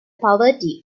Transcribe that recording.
poverty